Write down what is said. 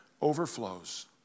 overflows